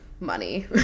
money